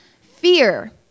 fear